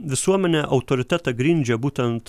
visuomenė autoritetą grindžia būtent